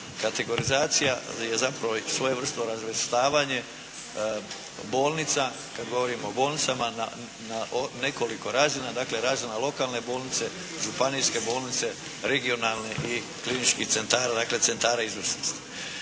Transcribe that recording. Kategorizacija je zapravo svojevrsno razvrstavanje bolnica, kada govorimo o bolnicama, na nekoliko razina, dakle razina lokalne bolnice, županijske bolnice, regionalne i kliničkih centara, dakle centara izvrsnosti.